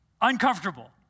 Uncomfortable